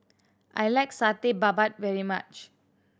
I like Satay Babat very much